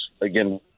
again